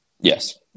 Yes